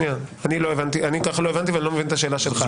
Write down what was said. אני ככה לא הבנתי ואני לא מבין את השאלה שלך.